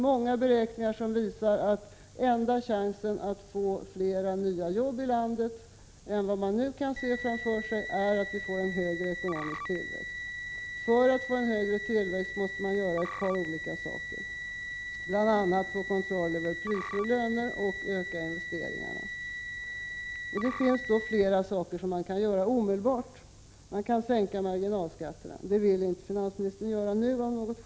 Många beräkningar visar att det enda sättet att skapa flera arbeten i landet än vad man nu kan räkna med är att åstadkomma en högre ekonomisk tillväxt. För att få en högre tillväxt måste man göra ett par olika saker. Bl. a. gäller det att få kontroll över priser och löner och att öka investeringarna. Flera saker kan man göra omedelbart. Man kan sänka marginalskatterna, men det vill finansministern av något skäl inte göra nu.